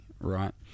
right